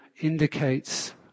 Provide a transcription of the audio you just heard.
indicates